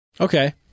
Okay